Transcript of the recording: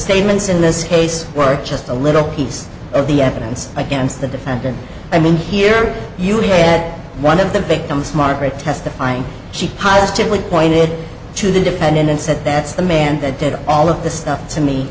statements in this case were just a little piece of the evidence against the defendant i mean here you get one of the victims margaret testifying she positively pointed to the defendant and said that's the man that did all of the stuff to me